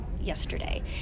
yesterday